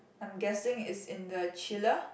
I'm guessing it's in the chiller